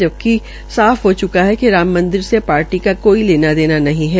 जब साफ हो च्का है कि राम मंदिर से पार्टी का कोई लेना देना नहीं है